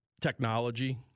technology